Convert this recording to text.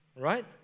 right